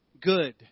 good